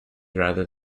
rather